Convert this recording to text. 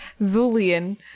Zulian